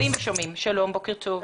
בוקר טוב.